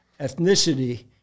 ethnicity